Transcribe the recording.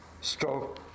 stroke